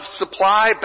supply